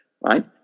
right